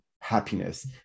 happiness